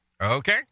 Okay